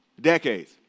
decades